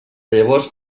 llavors